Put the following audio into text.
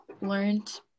learned